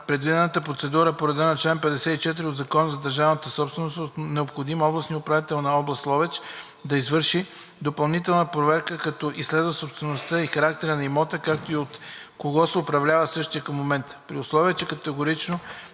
предвидената процедура по реда на чл. 54 от Закона за държавната собственост е необходимо областният управител на област Ловеч да извърши допълнителна проверка, като изследва собствеността и характера на имота, както и от кого се управлява същият към момента. При условие че категорично